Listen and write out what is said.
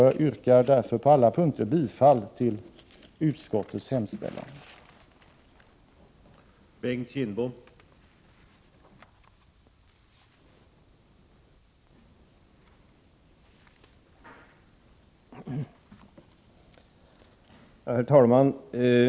Jag yrkar bifall till utskottets hemställan på alla punkter.